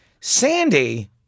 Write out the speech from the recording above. Sandy